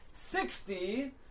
Sixty